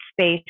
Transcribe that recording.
space